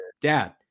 Dad